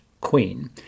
queen